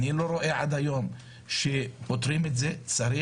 אבל עד היום אני לא רואה שפותרים את זה.